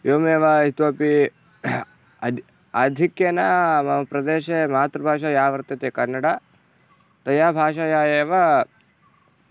एवमेव इतोपि अद् आधिक्येन मम प्रदेशे मातृभाषा या वर्तते कन्नड तया भाषया एव